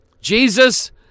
Jesus